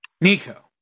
Nico